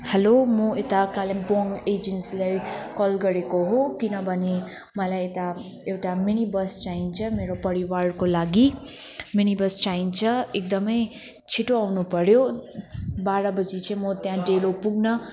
hello म यता कालिम्पोङ एजेन्सीलाई कल गरेको हो किनभने मलाई यता एउटा मिनी बस चाहिन्छ मेरो परिवारको लागि मिनी बस चाहिन्छ एकदमै छिटो आउनु पऱ्यो बाह्र बजी चाहिँ म त्यहाँ डेलो पुग्न